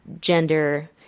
gender